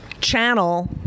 Channel